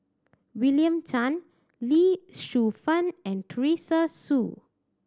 William Tan Lee Shu Fen and Teresa Hsu